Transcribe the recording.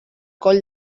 coll